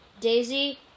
Daisy